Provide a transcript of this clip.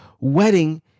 wedding